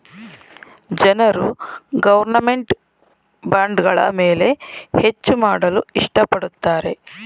ಜನರು ಗೌರ್ನಮೆಂಟ್ ಬಾಂಡ್ಗಳ ಮೇಲೆ ಹೆಚ್ಚು ಮಾಡಲು ಇಷ್ಟ ಪಡುತ್ತಾರೆ